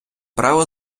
право